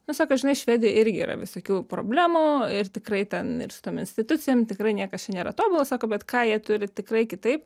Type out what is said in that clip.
nu sako žinai švedijoj irgi yra visokių problemų ir tikrai ten ir su tom institucijom tikrai niekas čia nėra tobulas sako bet ką jie turi tikrai kitaip